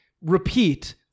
repeat